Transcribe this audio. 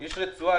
יש רצועה,